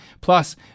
Plus